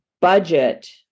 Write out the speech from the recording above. budget